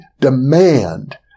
demand